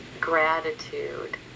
gratitude